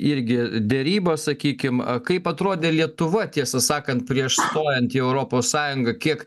irgi derybas sakykim kaip atrodė lietuva tiesą sakant prieš stojant į europos sąjungą kiek